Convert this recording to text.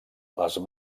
les